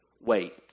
wait